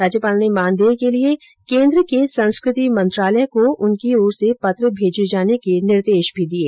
राज्यपाल ने मानदेय के लिए केन्द्र के संस्कृति मंत्रालय को उनकी ओर से पत्र भेजे जाने के निर्देश भी दिये